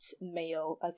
male